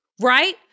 right